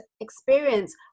experience